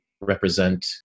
represent